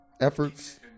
efforts